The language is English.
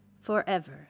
forever